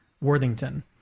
Worthington